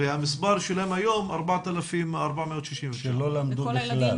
והמספר שלהם היום הוא 4,469. שלא למדו בכלל.